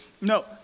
No